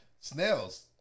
Snails